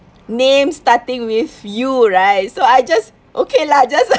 names starting with U right so I just okay lah just